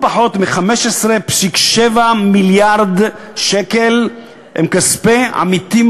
לא פחות מ-15.7 מיליארד שקל הם כספי עמיתים